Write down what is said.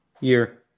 year